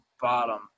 bottom